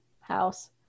house